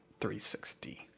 360